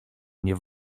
mnie